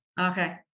Okay